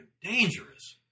dangerous